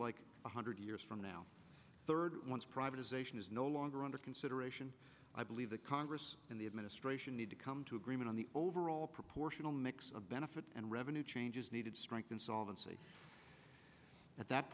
like one hundred years from now third once privatization is no longer under consideration i believe the congress and the administration need to come to agreement on the overall proportional mix of benefits and revenue changes needed strength insolvency at that